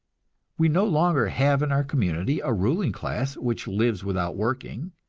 we no longer have in our community a ruling class which lives without working,